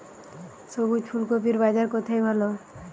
সবুজ ফুলকপির বাজার কোথায় ভালো?